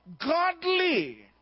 Godly